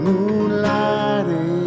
Moonlighting